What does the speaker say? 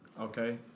Okay